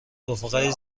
رفقای